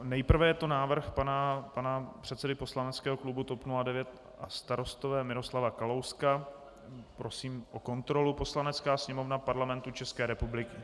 Nejprve je to návrh pana předsedy poslaneckého klubu TOP 09 a Starostové Miroslava Kalouska prosím o kontrolu: Poslanecká sněmovna Parlamentu České republiky...